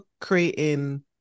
creating